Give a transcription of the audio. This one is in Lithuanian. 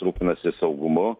rūpinasi saugumu